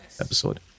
episode